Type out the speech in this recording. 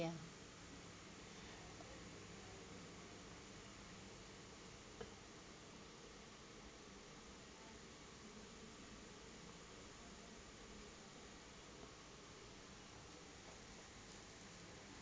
ya